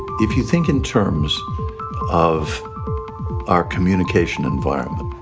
if you think in terms of our communication environment,